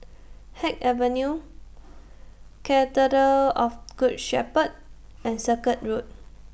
Haig Avenue Cathedral of Good Shepherd and Circuit Road